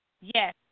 Yes